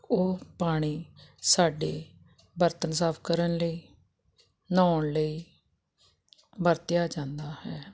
ਉਹ ਪਾਣੀ ਸਾਡੇ ਬਰਤਨ ਸਾਫ ਕਰਨ ਲਈ ਨਹਾਉਣ ਲਈ ਵਰਤਿਆ ਜਾਂਦਾ ਹੈ